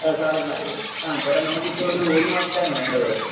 ആ സാരമില്ല ആ ചേട്ടാ നമുക്കിപ്പം ഒരു ഒരു മാസത്തേക്കാണ് വേണ്ടത്